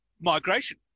migration